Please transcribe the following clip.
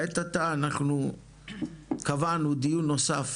לעת עתה אנחנו קבענו דיון נוסף